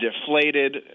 deflated